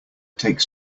takes